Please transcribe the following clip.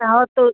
हाँ तो